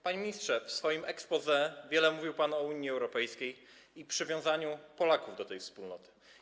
Panie ministrze, w swoim exposé wiele mówił pan o Unii Europejskiej i przywiązaniu Polaków do tej wspólnoty.